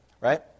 right